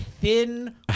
thin